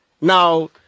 Now